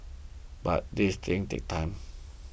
but these things take time